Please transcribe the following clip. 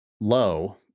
low